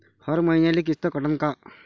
हर मईन्याले किस्त कटन का?